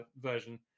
version